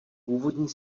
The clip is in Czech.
původní